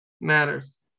matters